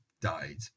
died